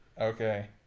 Okay